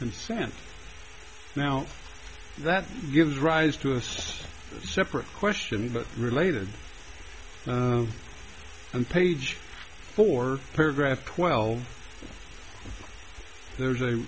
consent now that gives rise to assist separate question but related and page four paragraph twelve there's a